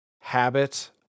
habit